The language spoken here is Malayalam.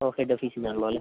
ഓക്കെ